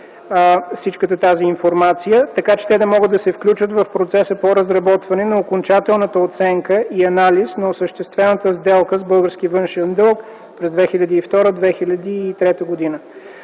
всичката тази информация, така че те да могат да се включат в процеса по разработване на окончателната оценка и анализ на осъществената сделка с български външен дълг през 2002 2003 г.